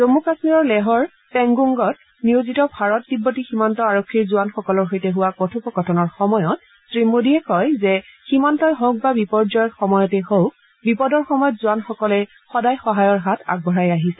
জম্ম কাম্মীৰৰ লেহৰ পেংগোংগত নিয়োজিত ভাৰত তিববতী সীমান্ত আৰক্ষীৰ জোৱানসকলৰ সৈতে হোৱা কথোপকথনৰ সময়ত শ্ৰীমোডীয়ে কয় যে সীমান্তই হওক বা বিপৰ্যয়ৰ সময়তেই হওক বিপদৰ সময়ত জোৱানসকলে সদায় সহায়ৰ হাত আগবঢ়াই আহিছে